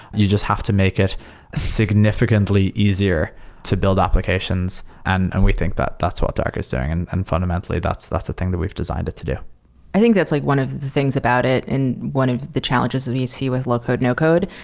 you just have to make it significantly easier to build applications, and and we think that's what dark is doing. and and fundamentally, that's the thing that we've designed it to do i think that's like one of the things about it and one of the challenges we see with low code, no code,